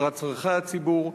לקראת צורכי הציבור.